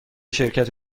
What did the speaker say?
شرکت